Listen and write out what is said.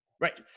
Right